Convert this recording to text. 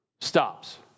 Stops